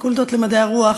הפקולטות למדעי הרוח,